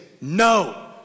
No